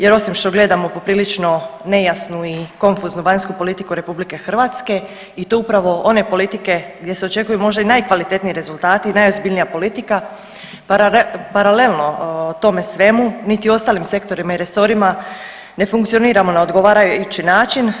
Jer osim što gledamo poprilično nejasnu i konfuznu vanjsku politiku Republike Hrvatske i to upravo one politike gdje se očekuju možda i najkvalitetniji rezultati i najozbiljnija politika paralelno o tome svemu, niti ostalim sektorima i resorima ne funkcioniramo na odgovarajući način.